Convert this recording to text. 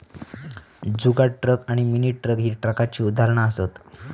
जुगाड truck आणि mini truck ही ट्रकाची उदाहरणा असत